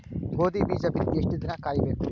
ಗೋಧಿ ಬೀಜ ಬಿತ್ತಿ ಎಷ್ಟು ದಿನ ಕಾಯಿಬೇಕು?